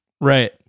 right